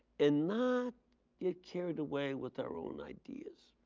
and not get carried away with their own ideas.